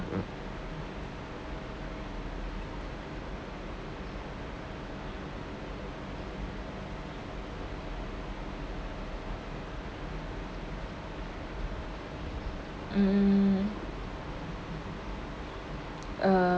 mm err